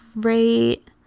great